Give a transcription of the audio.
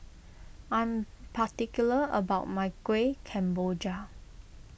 I am particular about my Kuih Kemboja